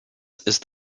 ist